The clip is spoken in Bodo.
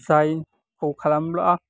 जायखौ खालामब्ला